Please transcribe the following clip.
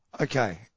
Okay